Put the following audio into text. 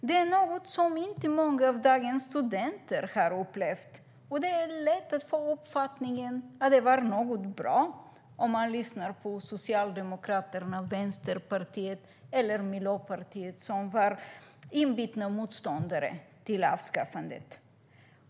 Det är något som inte många av dagens studenter har upplevt, och det är lätt att få uppfattningen att det var något bra, om man lyssnar på Socialdemokraterna, Vänsterpartiet eller Miljöpartiet, som var inbitna motståndare till avskaffandet.